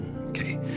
Okay